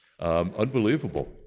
Unbelievable